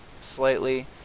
slightly